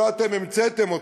שלא אתם המצאתם,